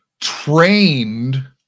trained